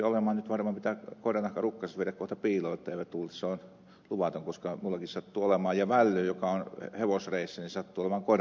varmaan pitää koirannahkarukkaset viedä kohta piiloon etteivät luule että on luvatonta koska minullakin sattuu olemaan ja välly joka on hevosreessä sattuu olemaan koirannahkaa